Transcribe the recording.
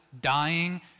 dying